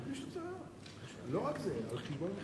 חוק הפיקדון על מכלי משקה (תיקון מס' 4),